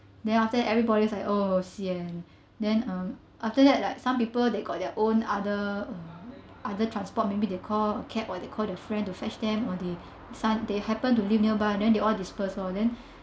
then after that everybody's like oh sian then um after that like some people they got their own other uh other transport maybe they call a cab or they call their friend to fetch them or the some they happen to live nearby and then they all dispersed lor then